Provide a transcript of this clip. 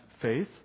faith